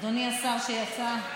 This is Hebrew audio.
אדוני השר שיצא,